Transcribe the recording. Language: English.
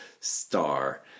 star